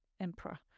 emperor